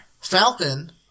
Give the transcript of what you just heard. Falcon